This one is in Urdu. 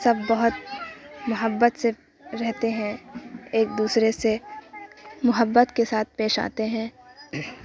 سب بہت محبت سے رہتے ہیں ایک دوسرے سے محبت کے ساتھ پیش آتے ہیں